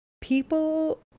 people